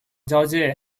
交界